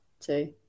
two